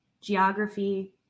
Geography